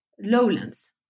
lowlands